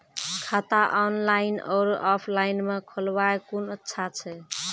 खाता ऑनलाइन और ऑफलाइन म खोलवाय कुन अच्छा छै?